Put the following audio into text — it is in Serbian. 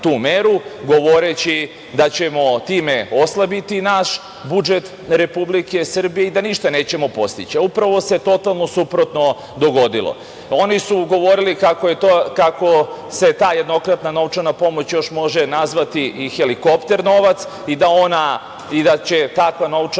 govoreći da ćemo time oslabiti naš budžet Republike Srbije i da ništa nećemo postići. Upravo se totalno suprotno dogodilo. Oni su govorili kako se ta jednokratna novčana pomoć još može nazvati i „helikopter novac“ i da će takva novčana